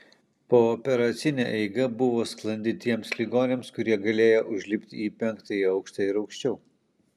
pooperacinė eiga buvo sklandi tiems ligoniams kurie galėjo užlipti į penktąjį aukštą ir aukščiau